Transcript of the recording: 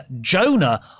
Jonah